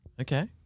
Okay